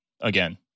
again